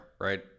right